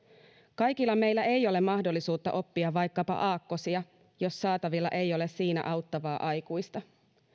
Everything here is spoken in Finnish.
kaikilla meillä ei ole mahdollisuutta oppia vaikkapa aakkosia jos saatavilla ei ole siinä auttavaa aikuista